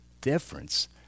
difference